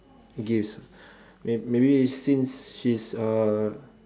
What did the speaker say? gifts may maybe since she's a